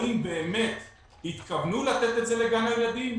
האם באמת התכוונו לתת את זה לגן הילדים,